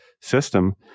system